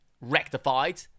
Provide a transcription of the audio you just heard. rectified